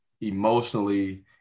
emotionally